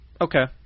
Okay